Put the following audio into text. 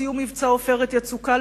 בסיום מבצע "עופרת יצוקה",